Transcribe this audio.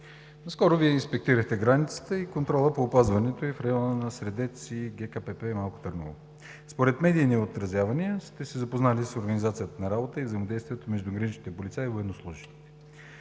Наскоро Вие инспектирахте границата и контрола по опазването й в района на Средец и ГКПП Малко Търново. Според медийни отразявания сте се запознали с организацията на работа и взаимодействието между граничните полицаи и военнослужещите.